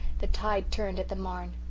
the tide turned at the marne.